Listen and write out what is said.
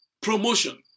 promotion